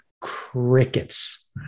crickets